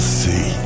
see